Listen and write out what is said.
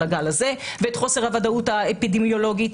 הגל הזה ואת חוסר הוודאות האפידמיולוגית.